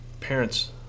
parents